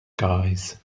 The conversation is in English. guys